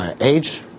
age